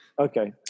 Okay